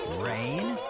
rain.